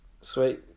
Sweet